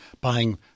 buying